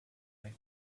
they